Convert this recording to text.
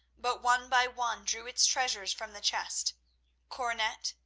but one by one drew its treasures from the chest coronet,